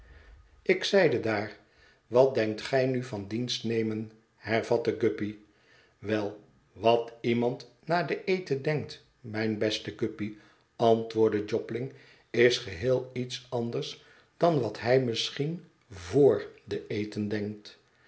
ik zeide daar wat denkt gij nu van dienst nemen hervat guppy wel wat iemand na den eten denkt mijn beste guppy antwoordt jobling is geheel iets anders dan wat hij misschien voor den eten denkt